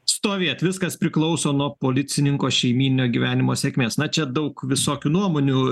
stovėt viskas priklauso nuo policininko šeimyninio gyvenimo sėkmės na čia daug visokių nuomonių